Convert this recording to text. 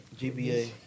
GBA